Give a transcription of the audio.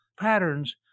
patterns